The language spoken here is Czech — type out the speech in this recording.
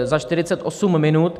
Za 48 minut!